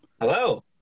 Hello